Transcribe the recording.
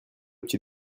petit